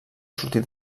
sortir